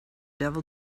devil